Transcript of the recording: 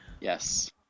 Yes